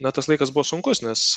na tas laikas buvo sunkus nes